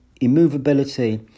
immovability